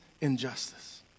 injustice